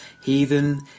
heathen